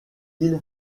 avec